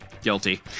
guilty